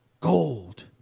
gold